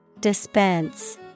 Dispense